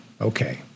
okay